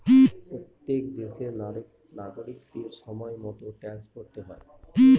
প্রত্যেক দেশের নাগরিকদের সময় মতো ট্যাক্স ভরতে হয়